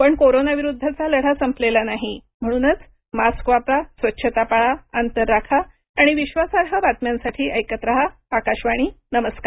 पण कोरोना विरुद्धचा लढा संपलेला नाही म्हणूनच मास्क वापरा स्वच्छता पाळा अंतर राखा आणि विश्वासार्ह बातम्यांसाठी ऐकत रहा आकाशवाणी नमस्कार